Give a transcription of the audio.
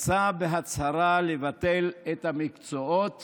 יצא בהצהרה לבטל את המקצועות